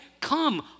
come